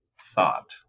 thought